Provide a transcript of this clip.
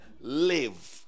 live